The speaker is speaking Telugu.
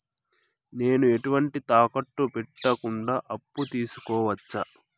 నేను ఎటువంటి తాకట్టు పెట్టకుండా అప్పు తీసుకోవచ్చా?